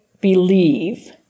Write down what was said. believe